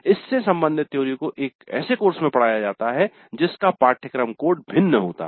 इससे सम्बंधित थ्योरी को एक ऐसे कोर्स में पढ़ाया जाता है जिसका पाठ्यक्रम कोड भिन्न होता है